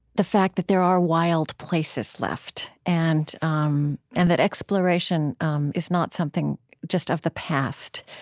the fact that there are wild places left and um and that exploration um is not something just of the past.